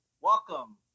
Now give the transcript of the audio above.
welcome